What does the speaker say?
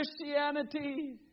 Christianity